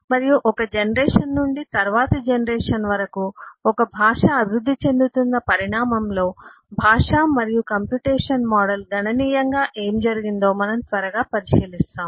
మరియు ఒక జనరేషన్ నుండి తరవాతి జనరేషన్ వరకు ఒక భాష అభివృద్ధి చెందుతున్న పరిణామంలో భాష మరియు కంప్యుటేషన్ మోడల్ పరంగా గణనీయంగా ఏమి జరిగిందో మనము త్వరగా పరిశీలిస్తాము